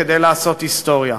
כדי לעשות היסטוריה.